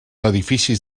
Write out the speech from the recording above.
edificis